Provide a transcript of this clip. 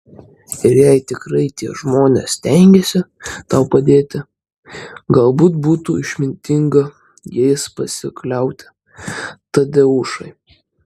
ir jei tikrai tie žmonės stengiasi tau padėti galbūt būtų išmintinga jais pasikliauti tadeušai